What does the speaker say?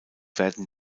werden